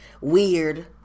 weird